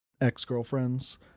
ex-girlfriends